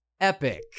epic